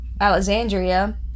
Alexandria